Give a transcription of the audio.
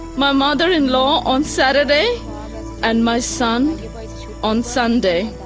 my mother-in-law on saturday and my son on sunday.